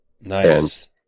Nice